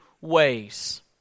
ways